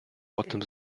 potem